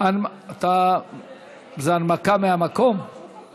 זו הנמקה מהמקום?